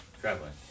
traveling